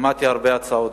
שמעתי הרבה הצעות,